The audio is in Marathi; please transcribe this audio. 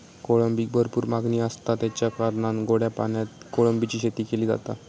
कोळंबीक भरपूर मागणी आसता, तेच्या कारणान गोड्या पाण्यात कोळंबीची शेती केली जाता